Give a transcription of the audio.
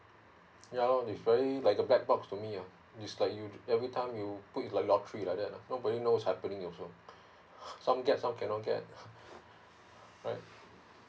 yeah it's very like a black box to me ah it's like you every time you put like lottery like that lah nobody knows what's happening also some get some cannot right